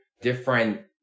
different